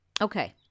Okay